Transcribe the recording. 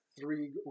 Three